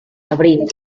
abril